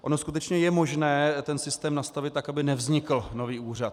Ono skutečně je možné ten systém nastavit tak, aby nevznikl nový úřad.